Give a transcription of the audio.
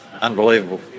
unbelievable